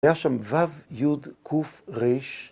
‫היה שם ו-י-ק-ר.